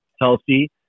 healthy